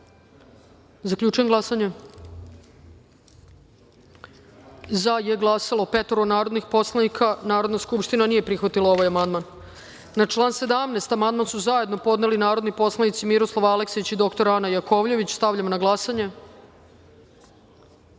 glasanje. Zaključujem glasanje: za je glasalo petoro narodnih poslanika. Narodna skupština nije prihvatila ovaj amandman. Na član 17. amandman su zajedno podneli narodni poslanici Miroslav Aleksić i dr Ana Jakovljević. Stavljam na